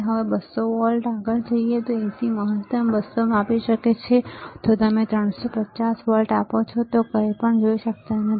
હવે આપણે 200 વોલ્ટ આગળ જઈએ AC મહત્તમ તે 200 માપી શકે છે જો તમે 350 વોલ્ટ આપો છો તો તમે કંઈપણ જોઈ શકતા નથી